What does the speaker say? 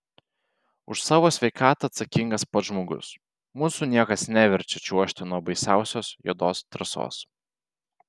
už savo sveikatą atsakingas pats žmogus mūsų niekas neverčia čiuožti nuo baisiausios juodos trasos